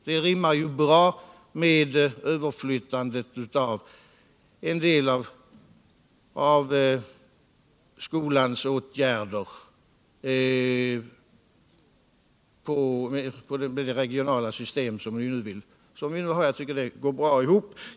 Det rimmar ju väl med överflyttandet av en del uppgifter till det regionala system på skolans område som vi nu har. Jag tycker att det går bra ihop.